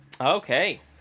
Okay